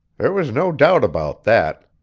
there was no doubt about that.